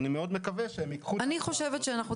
אני חושבת, קודם כול,